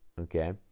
okay